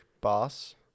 Boss